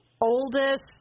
oldest